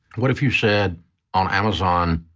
what if you said on amazon,